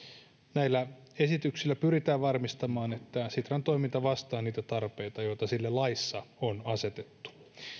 näillä esityksillä pyritään varmistamaan että sitran toiminta vastaa niitä tarpeita joita sille laissa on asetettu